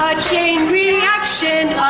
chain reaction